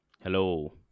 Hello